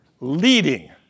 leading